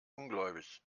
ungläubig